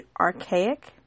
archaic